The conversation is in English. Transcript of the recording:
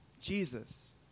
Jesus